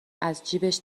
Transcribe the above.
ازجیبش